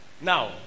Now